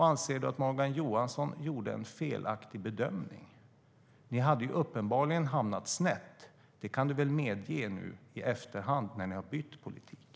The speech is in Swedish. Anser du att Morgan Johansson gjorde en felaktig bedömning? Ni hade uppenbarligen hamnat snett. Det kan du väl medge nu i efterhand när ni bytt politik?